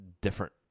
different